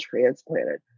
transplanted